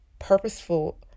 purposeful